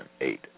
eight